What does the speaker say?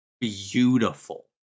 beautiful